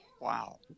Wow